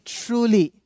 truly